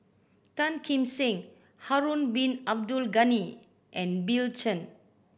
Tan Kim Seng Harun Bin Abdul Ghani and Bill Chen